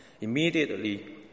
Immediately